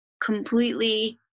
Completely